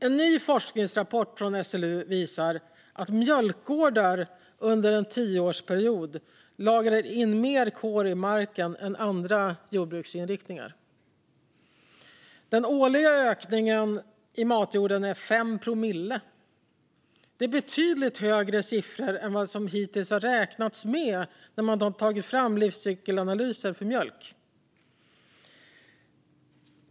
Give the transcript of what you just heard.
En ny forskningsrapport från SLU visar att mjölkgårdar under en tioårsperiod lagrar in mer kol i marken än andra jordbruksinriktningar. Den årliga ökningen i matjorden är 5 promille. Det är betydligt högre siffror än vad man hittills har räknat med när man har tagit fram livscykelanalyser för mjölk.